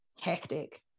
Hectic